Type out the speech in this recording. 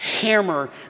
hammer